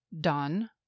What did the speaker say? done